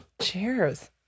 Cheers